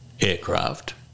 aircraft